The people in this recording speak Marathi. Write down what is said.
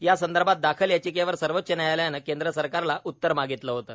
यासंदर्भात दाखल याचिकेवर सर्वोच्च न्यायालयानं केंद्र सरकारलं उत्तर मागितलं होतं